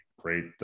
great